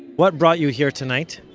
what brought you here tonight?